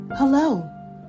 Hello